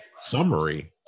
summary